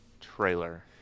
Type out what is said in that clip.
trailer